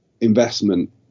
investment